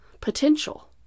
potential